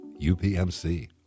UPMC